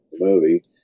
movie